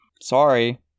sorry